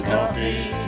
Coffee